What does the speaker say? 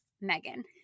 Megan